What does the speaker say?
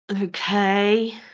Okay